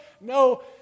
no